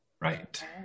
Right